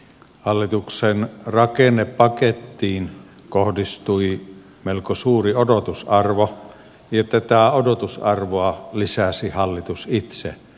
hallituksen rakennepakettiin kohdistui melko suuri odotusarvo ja tätä odotusarvoa lisäsi hallitus itse pitkin syksyä